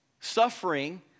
Suffering